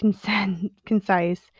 concise